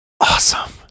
awesome